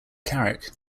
carrick